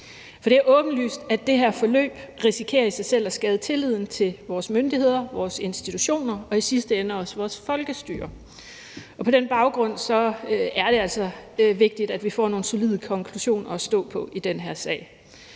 For det er åbenlyst, at det her forløb i sig selv risikerer at skade tilliden til vores myndigheder, vores institutioner og i sidste ende også vores folkestyre. På den baggrund er det altså vigtigt, at vi får nogle solide konklusioner at stå på i den her sag.